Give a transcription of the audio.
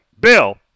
Bill